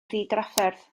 ddidrafferth